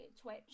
Twitch